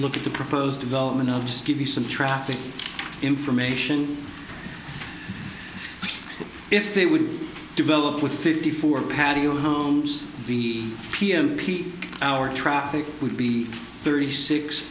look at the proposed development of just give you some traffic information but if they would develop with fifty four patio homes the pm peak hour traffic would be thirty six